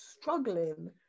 struggling